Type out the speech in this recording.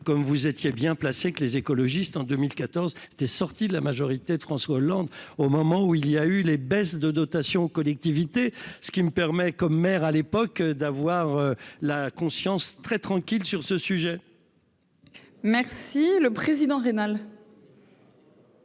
comme vous étiez bien placés que les écologistes en 2014 tu sorti de la majorité de François Hollande au moment où il y a eu les baisses de dotations aux collectivités, ce qui me permet comme maire à l'époque d'avoir la conscience très tranquille sur ce sujet. Merci le président rénale.